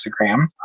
Instagram